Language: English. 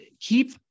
keep